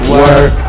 work